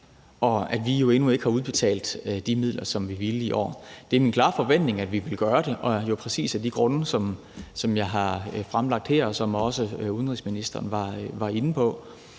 og vi har jo endnu ikke udbetalt de midler, som vi ville i år. Det er min klare forventning, at vi vil gøre det, og det erjo præcis af de grunde, som jeg har fremlagt her, og som også udenrigsministeren var inde på.